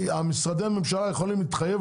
משרדי הממשלה יכולים להתחייב